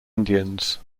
indians